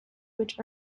which